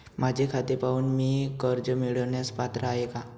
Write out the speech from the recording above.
माझे खाते पाहून मी कर्ज मिळवण्यास पात्र आहे काय?